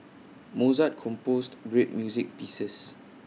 Mozart composed great music pieces